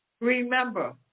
remember